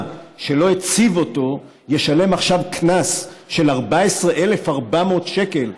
שלא הציב אותו ישלם עכשיו קנס של 14,400 שקל,